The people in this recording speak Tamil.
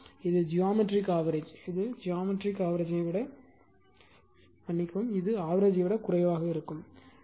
எனவே இது ஜியோமெட்ரிக் ஆவெரேஜ் இது ஆவெரேஜ் ஐ விடக் குறைவானது